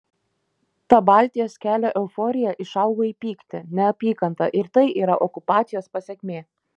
ta baltijos kelio euforija išaugo į pyktį neapykantą ir tai yra okupacijos pasekmė